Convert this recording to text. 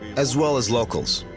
as well as locals.